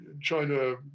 China